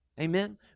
Amen